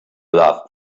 love